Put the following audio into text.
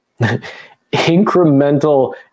incremental